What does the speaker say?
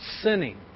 sinning